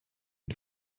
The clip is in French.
une